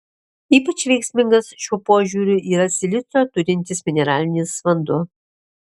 ypač veiksmingas šiuo požiūriu yra silicio turintis mineralinis vanduo